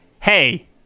Hey